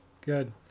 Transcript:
Good